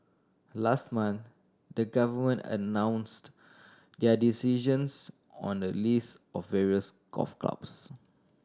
last month the Government announced their decisions on the lease of various golf clubs